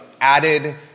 added